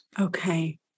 Okay